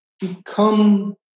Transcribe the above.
become